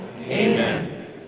amen